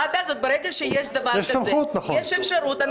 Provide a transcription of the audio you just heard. יש אפשרות,